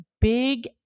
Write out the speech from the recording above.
big